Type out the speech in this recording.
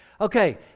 Okay